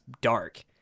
dark